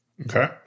Okay